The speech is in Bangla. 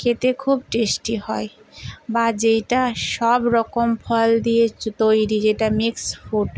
খেতে খুব টেস্টি হয় বা যেইটা সব রকম ফল দিয়ে চ তৈরি যেটা মিক্সড ফ্রুট